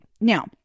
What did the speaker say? Now